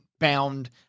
bound